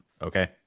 Okay